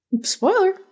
Spoiler